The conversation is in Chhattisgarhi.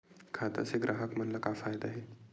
खाता से ग्राहक मन ला का फ़ायदा हे?